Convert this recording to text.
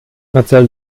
erzähl